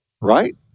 right